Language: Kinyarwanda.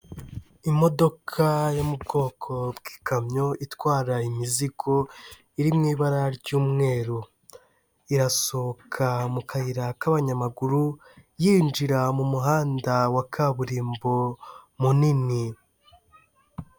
Imodoka yo mu bwoko bw'ikamyo itwara imizigo iri mu ibara ry'umweru, irasohoka mu kayira k'abanyamaguru yinjira mu muhanda wa kaburimbo munini.